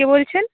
কে বলছেন